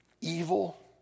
evil